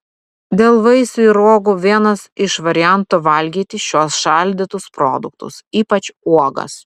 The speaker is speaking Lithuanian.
dėl vaisių ir uogų vienas iš variantų valgyti šiuos šaldytus produktus ypač uogas